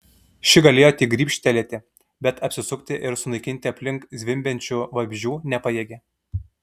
ši galėjo tik grybštelėti bet apsisukti ir sunaikinti aplink zvimbiančių vabzdžių nepajėgė